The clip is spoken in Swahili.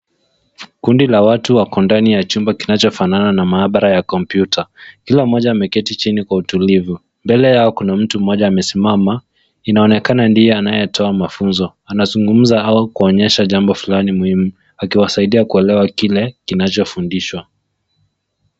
Kundi la watu wako ndani ya chumba kinachofanana na maabara ya kompyuta. Kila mmoja ameketi chini kwa utulivu. Mbele yao kuna mtu mmoja amesimama, inaonekana ndiye anayetoa mafunzo. Anazungumza hawa kuonyesha jambo fulani muhimu, akiwasaidia kuelewa kile kinachofundishwa.